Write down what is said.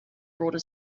brought